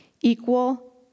equal